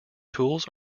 tools